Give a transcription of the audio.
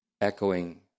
echoing